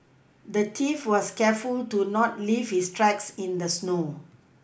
the thief was careful to not leave his tracks in the snow